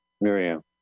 Miriam